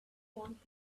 want